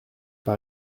par